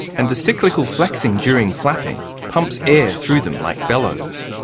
and the cyclical flexing during flapping pumps air through them like bellows.